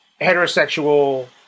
heterosexual